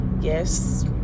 Yes